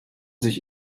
sich